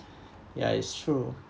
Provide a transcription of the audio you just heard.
ya it's true